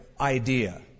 idea